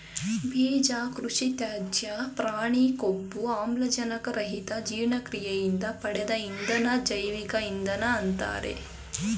ಬೀಜ ಕೃಷಿತ್ಯಾಜ್ಯ ಪ್ರಾಣಿ ಕೊಬ್ಬು ಆಮ್ಲಜನಕ ರಹಿತ ಜೀರ್ಣಕ್ರಿಯೆಯಿಂದ ಪಡೆದ ಇಂಧನ ಜೈವಿಕ ಇಂಧನ ಅಂತಾರೆ